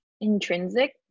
intrinsic